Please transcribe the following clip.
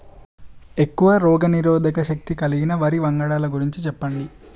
ఎక్కువ రోగనిరోధక శక్తి కలిగిన వరి వంగడాల గురించి చెప్పండి?